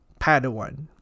Padawan